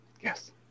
yes